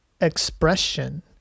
expression